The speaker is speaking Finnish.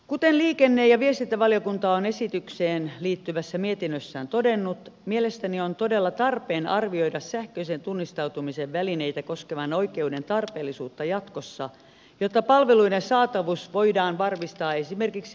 kuten liikenne ja viestintävaliokunta on esitykseen liittyvässä mietinnössään todennut mielestäni on todella tarpeen arvioida sähköisen tunnistautumisen välineitä koskevan oikeuden tarpeellisuutta jatkossa jotta palveluiden saatavuus voidaan varmistaa esimerkiksi asuinpaikasta riippumatta